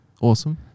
Awesome